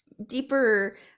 deeper